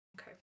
Okay